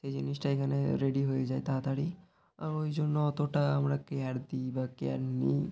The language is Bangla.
সেই জিনিসটা এখানে রেডি হয়ে যায় তাতাড়ি ওই জন্য অতটা আমরা কেয়ার দিই বা কেয়ার নিই